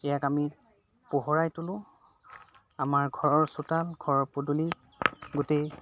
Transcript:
ইয়াক আমি পোহৰাই তোলোঁ আমাৰ ঘৰৰ চোতাল ঘৰৰ পদূলি গোটেই